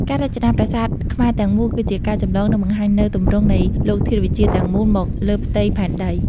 ការរចនាប្រាសាទខ្មែរទាំងមូល គឺជាការចម្លង និងបង្រួញនូវទម្រង់នៃលោកធាតុវិទ្យាទាំងមូល មកលើផ្ទៃផែនដី។